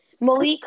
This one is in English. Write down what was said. Malik